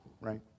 right